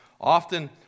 often